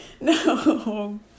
no